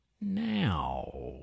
now